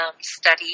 study